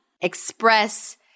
express